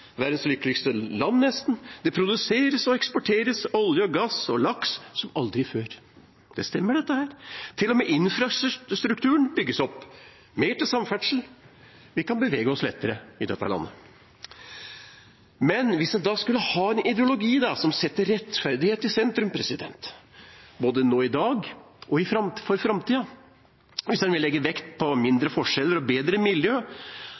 verdens lykkeligste land nesten. Det produseres og eksporteres olje, gass og laks som aldri før – det stemmer dette. Til og med infrastrukturen bygges opp: mer til samferdsel, og vi kan bevege oss lettere i dette landet. Men hvis en skulle ha en ideologi som setter rettferdighet i sentrum, både nå i dag og i framtida, og hvis en vil legge vekt på mindre forskjeller og bedre miljø,